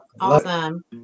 Awesome